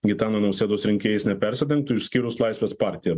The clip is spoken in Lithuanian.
gitano nausėdos rinkėjais nepersidengtų išskyrus laisvės partiją